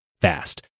fast